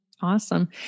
Awesome